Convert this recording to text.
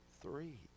three